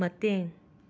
ꯃꯇꯦꯡ